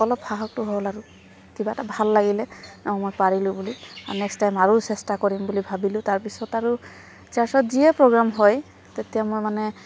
অলপ সাহসটো হ'ল আৰু কিবা এটা ভাল লাগিলে অঁ মই পাৰিলোঁ বুলি আৰু নেক্সট টাইম আৰু চেষ্টা কৰিম বুলি ভাবিলোঁ তাৰপিছত আৰু চাৰ্চত যিয়ে প্ৰগ্ৰাম হয় তেতিয়া মই মানে